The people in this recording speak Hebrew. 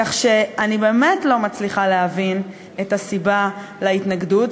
כך שאני באמת לא מצליחה להבין את הסיבה להתנגדות,